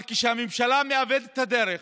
אבל כשהממשלה מאבדת את הדרך